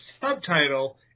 subtitle